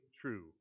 true